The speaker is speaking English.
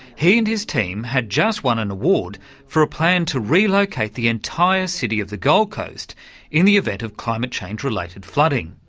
he and his team had just won an award for a plan to relocate the entire city of the gold coast in the event of climate-change related flooding.